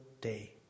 day